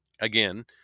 again